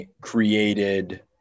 created